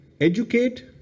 educate